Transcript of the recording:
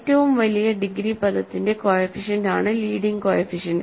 ഏറ്റവും വലിയ ഡിഗ്രി പദത്തിന്റെ കോഎഫിഷ്യന്റ് ആണ് ലീഡിങ് കോഎഫിഷ്യന്റ്